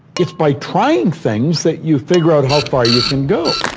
it's by trying things that you figure out how far you can go.